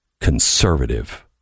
Conservative